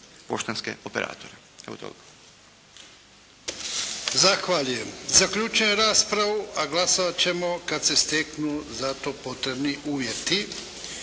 Zahvaljujem. Zaključujem raspravu, a glasat ćemo kada se steknu za to potrebni uvjeti